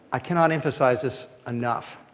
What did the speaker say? i cannot emphasize this enough.